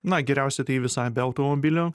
na geriausia tai visai be automobilio